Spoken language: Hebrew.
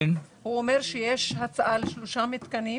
הוא אומר שיש הצעה להקמת שלושה מתקנים